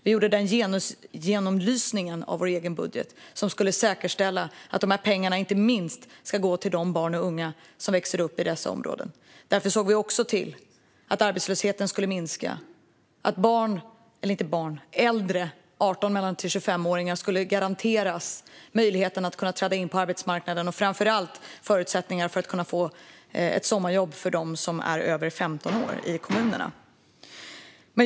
Vi gjorde den genusgenomlysningen av vår egen budget, vilket skulle säkerställa att pengarna inte minst gick till de barn och unga som växer upp i dessa områden. Därför såg vi också till att arbetslösheten skulle minska och att 18-25-åringar skulle garanteras möjligheten att träda in på arbetsmarknaden. Framför allt gav vi förutsättningar för dem över 15 år att få ett sommarjobb i kommunerna.